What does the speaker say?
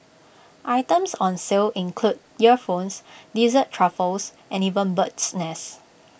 items on sale include earphones dessert truffles and even bird's nest